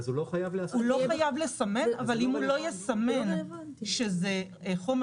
הוא לא חייב לסמן אבל אם הוא לא יסמן שזה חומר